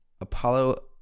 apollo